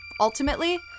ultimately